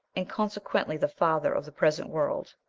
and consequently the father of the present world.